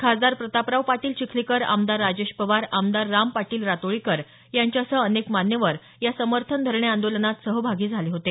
खासदार प्रतापराव पाटील चिखलीकर आमदार राजेश पवार आमदार राम पाटील रातोळीकर यांच्यासह अनेक मान्यवर या समर्थन धरणे आदोलनात सहभागी झाले होते